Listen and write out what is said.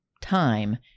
time